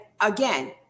again